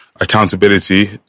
accountability